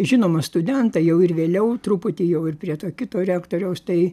žinoma studentai jau ir vėliau truputį jau ir prie to kito rektoriaus tai